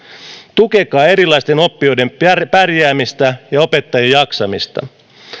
tukekaa erilaisten oppijoiden pärjäämistä ja opettajien jaksamista